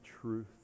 truth